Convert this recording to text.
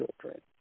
children